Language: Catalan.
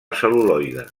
cel·luloide